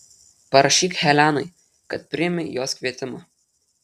parašyk helenai kad priimi jos kvietimą